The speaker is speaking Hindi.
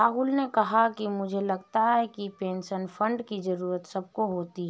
राहुल ने कहा कि मुझे लगता है कि पेंशन फण्ड की जरूरत सबको होती है